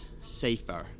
safer